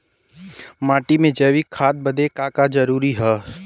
माटी में जैविक खाद बदे का का जरूरी ह?